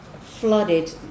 flooded